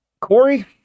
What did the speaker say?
Corey